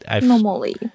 normally